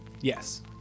Yes